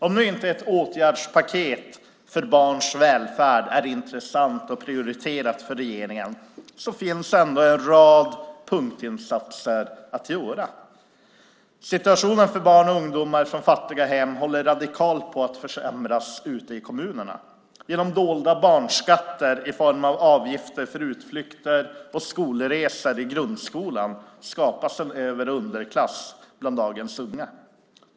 Om inte ett åtgärdspaket för barns välfärd är intressant att prioritera för regeringen finns ändå en rad punktinsatser att göra. Situationen för barn och ungdomar från fattiga hem håller radikalt på att försämras ute i kommunerna. Genom dolda barnskatter i form av avgifter för utflykter och skolresor i grundskolan skapas en över och underklass bland dagens unga.